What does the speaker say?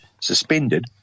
suspended